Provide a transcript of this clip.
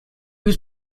was